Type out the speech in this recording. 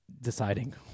deciding